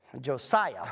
Josiah